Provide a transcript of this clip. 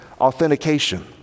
authentication